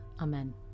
Amen